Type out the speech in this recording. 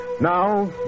Now